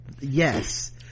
yes